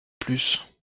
plus